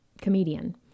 comedian